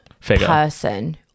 person